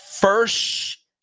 First